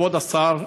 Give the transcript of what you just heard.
כבוד השר,